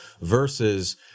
versus